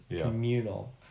communal